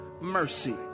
mercy